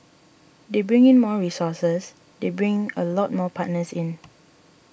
they bring in more resources they bring a lot more partners in